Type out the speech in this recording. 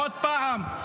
עוד פעם,